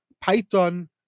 Python